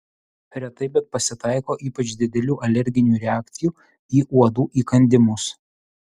retai bet pasitaiko ypač didelių alerginių reakcijų į uodų įkandimus